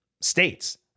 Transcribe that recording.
states